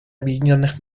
объединенных